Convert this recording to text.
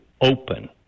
open